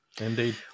Indeed